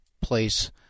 place